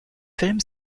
film